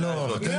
לי